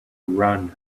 run